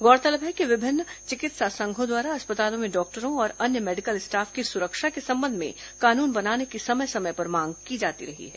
गौरतलब है कि विभिन्न चिकित्सा संघों द्वारा अस्पतालों में डॉक्टरों और अन्य मेडिकल स्टाफ की सुरक्षा के संबंध में कानून बनाने की समय समय पर मांग की जाती रही है